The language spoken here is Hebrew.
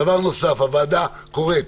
דבר נוסף, הוועדה קוראת